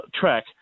track